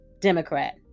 Democrat